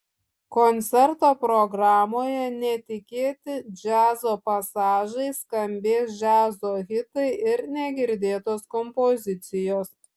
koncerto programoje netikėti džiazo pasažai skambės džiazo hitai ir negirdėtos kompozicijos